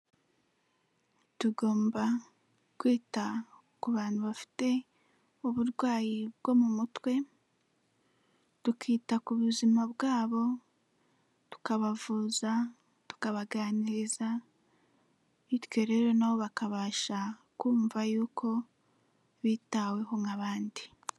Tugomba kwita ku bantu bafite uburwayi bwo mu mutwe, tukita ku buzima bwabo, tukabavuza, tukabaganiriza bityo rero nabo bakabasha kumva yuko bitaweho nk'abandi.